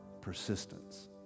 persistence